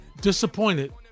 disappointed